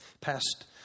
past